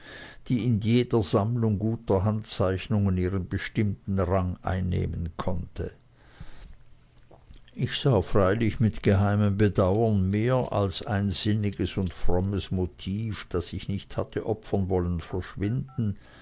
die in jeder sammlung guter handzeichnungen ihren bestimmten rang einnehmen konnte ich sah freilich mit geheimem bedauern mehr als ein sinniges und frommes motiv das ich nicht hatte opfern wollen verschwinden